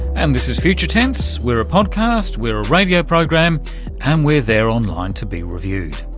and this is future tense, we're a podcast, we're a radio program and we're there online to be reviewed.